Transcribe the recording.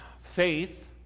faith